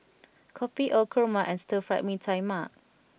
Kopi O Kurma and Stir Fried Mee Tai Mak